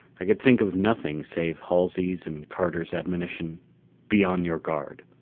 i could think of nothing save halsey's and carter's admonition be on your guard.